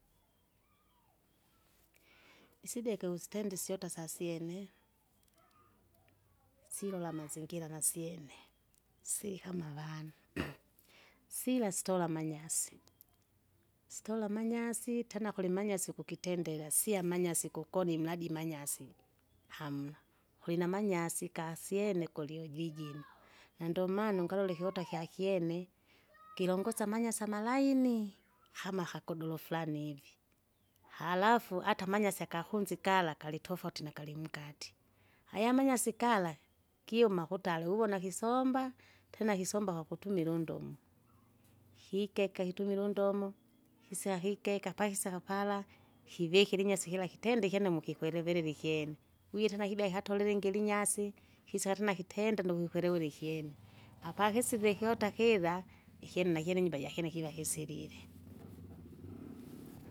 isideke usitende syota sasyene, silola amazingira nasyene, sikama avanu, siva sitora amanyasi, sitora amanyasi tena kulimanyasi ukukitendela sia amanyasi kukoni mradi imanyasi, hamna kulinamanyasi kasyene kulyujuijima. Na ndomaana ungalole ikiota kyakyene, kilongosa amanyasi amalaini kama kakodolo furani ivi, harafu ata amanyasi akakunzi kala, kalitofauti nakalimukati, aya manyasi gala, kyuma kutala wiwona kisoomba, tena kisomba kwakutumila undomo, kikeka ihutumire undomo, hisahikeka pakisaka pala, kivikire inyasi kira kitenda ikyene mukikwerevelile gwitena kibya ikatole ilingi linyasi, kisaka tena kitende ndukikwerewire ikyene, apakisiku ikiota kiva, ikyene nakyene nyumba jakyene kira kisirire.